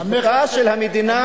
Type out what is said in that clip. מטרתה של המדינה,